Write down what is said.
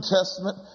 Testament